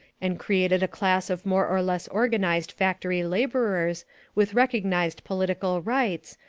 and created a class of more or less organized factory laborers with recognized political rights,